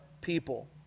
people